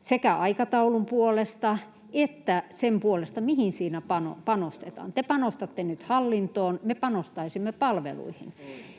sekä aikataulun puolesta että sen puolesta, mihin siinä panostetaan. Te panostatte nyt hallintoon, me panostaisimme palveluihin.